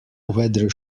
whether